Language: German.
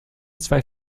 zwei